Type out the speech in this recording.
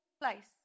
place